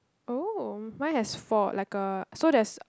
oh mine has four like a so there's